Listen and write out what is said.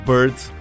Birds